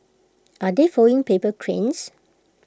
are they folding paper cranes